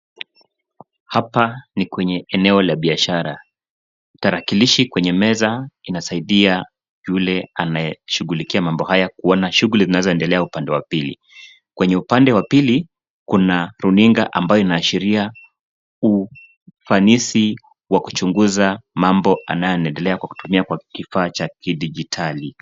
Hapa ni kwenye eneo la biashara. Tarakilishi kwenye meza inasaidia yule anayeshugulikia mambo haya kuona shuguli zinazoendelea upande wa pili. Kwenye upande kuna runinga ambayo inaashiria ufanisi wa kuchunguza mambo anayoendelea kwa kutumia kifaa cha kidijitali.